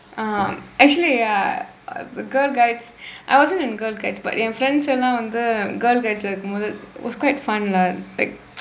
ah actually ya girl guides I wasn't in girl guides but என்:en friends எல்லாம் வந்து:ellaam vandthu girl guides இல்ல இருக்கும் போது:illa irukkum poothu it was quite fun lah back